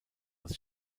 als